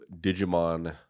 Digimon